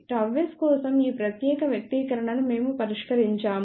ΓS కోసం ఈ ప్రత్యేక వ్యక్తీకరణను మేము పరిష్కరించాము